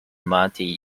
martin